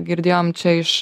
girdėjom čia iš